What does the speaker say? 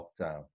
lockdown